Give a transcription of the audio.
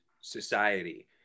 society